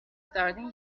starting